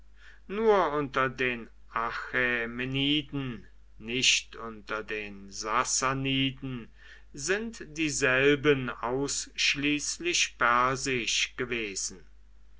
nur unter den achämeniden nicht unter den sassaniden sind dieselben ausschließlich persisch gewesen